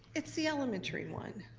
it's the elementary one.